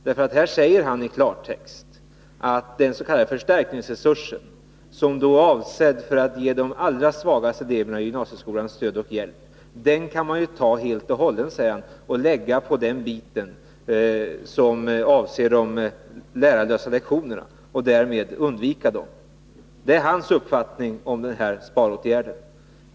Han säger nämligen i klartext i fråga om den s.k. förstärkningsresursen, som var avsedd för att ge de allra svagaste eleverna i gymnasieskolan stöd och hjälp, att den kan man helt och hållet använda till den del som avser de lärarlösa lektionerna, och därmed undvika dessa. Det är Hans Nyhages uppfattning om den här sparåtgärden.